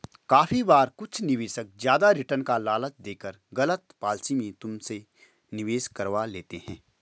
काफी बार कुछ निवेशक ज्यादा रिटर्न का लालच देकर गलत पॉलिसी में तुमसे निवेश करवा लेते हैं